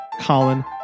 Colin